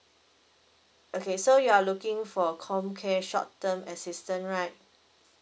okay so you are looking for homecare short term assistant right